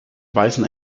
weisen